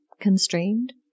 constrained